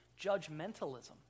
judgmentalism